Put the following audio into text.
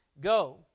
Go